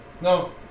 No